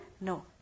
No